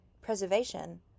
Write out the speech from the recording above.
Preservation